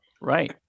Right